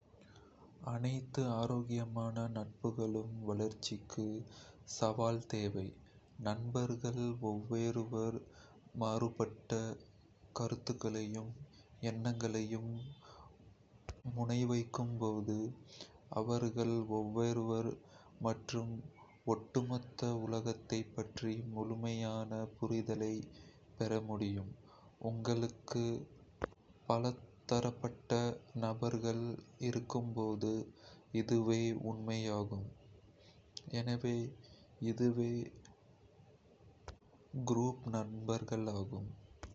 அனைத்து ஆரோக்கியமான நட்புகளும் வளர்ச்சிக்கு சவால் தேவை. நண்பர்கள் ஒருவருக்கொருவர் மாறுபட்ட கருத்துகளையும் எண்ணங்களையும் முன்வைக்கும்போது, ​​அவர்கள் ஒருவரையொருவர் மற்றும் ஒட்டுமொத்த உலகத்தைப் பற்றிய முழுமையான புரிதலைப் பெற முடியும். உங்களுக்கு பலதரப்பட்ட நண்பர்கள் இருக்கும்போது இதுவே உண்மை.